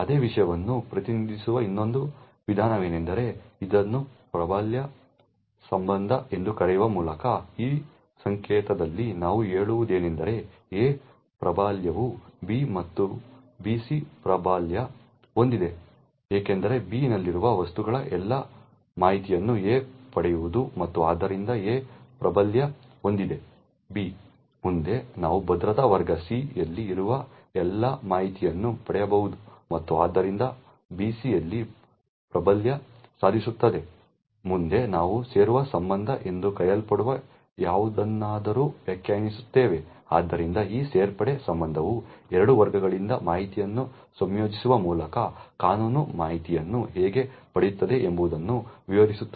ಅದೇ ವಿಷಯವನ್ನು ಪ್ರತಿನಿಧಿಸುವ ಇನ್ನೊಂದು ವಿಧಾನವೆಂದರೆ ಇದನ್ನು ಪ್ರಾಬಲ್ಯ ಸಂಬಂಧ ಎಂದು ಕರೆಯುವ ಮೂಲಕ ಈ ಸಂಕೇತದಲ್ಲಿ ನಾವು ಹೇಳುವುದೇನೆಂದರೆ A ಪ್ರಾಬಲ್ಯವು B ಮತ್ತು B C ಪ್ರಾಬಲ್ಯ ಹೊಂದಿದೆ ಏಕೆಂದರೆ B ನಲ್ಲಿರುವ ವಸ್ತುಗಳ ಎಲ್ಲಾ ಮಾಹಿತಿಯನ್ನು A ಪಡೆಯಬಹುದು ಮತ್ತು ಆದ್ದರಿಂದ A ಪ್ರಾಬಲ್ಯ ಹೊಂದಿದೆ B ಮುಂದೆ ನಾವು ಭದ್ರತಾ ವರ್ಗ C ಯಲ್ಲಿ ಇರುವ ಎಲ್ಲಾ ಮಾಹಿತಿಯನ್ನು ಪಡೆಯಬಹುದು ಮತ್ತು ಆದ್ದರಿಂದ B C ಯಲ್ಲಿ ಪ್ರಾಬಲ್ಯ ಸಾಧಿಸುತ್ತದೆ ಮುಂದೆ ನಾವು ಸೇರುವ ಸಂಬಂಧ ಎಂದು ಕರೆಯಲ್ಪಡುವ ಯಾವುದನ್ನಾದರೂ ವ್ಯಾಖ್ಯಾನಿಸುತ್ತೇವೆ ಆದ್ದರಿಂದ ಈ ಸೇರ್ಪಡೆ ಸಂಬಂಧವು ಎರಡು ವರ್ಗಗಳಿಂದ ಮಾಹಿತಿಯನ್ನು ಸಂಯೋಜಿಸುವ ಮೂಲಕ ಕಾನೂನು ಮಾಹಿತಿಯನ್ನು ಹೇಗೆ ಪಡೆಯುತ್ತದೆ ಎಂಬುದನ್ನು ವಿವರಿಸುತ್ತದೆ